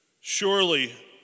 Surely